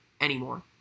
anymore